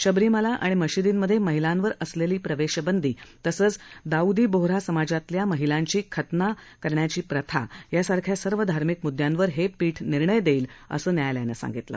शबरीमाला आणि मशीदींमधे महिलांवर असलेली प्रवेशबंदी तसंच दाऊदी बोहरा समाजातल्या महिलांची खतना करण्याची प्रथा यासारख्या सर्व धार्मिक मुद्यांवर हे पीठ निर्णय घेईल असं न्यायालयानं सांगितलं